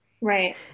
right